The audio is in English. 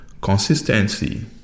Consistency